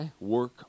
work